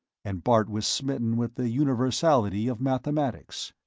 and bart was smitten with the universality of mathematics.